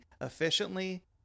efficiently